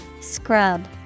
Scrub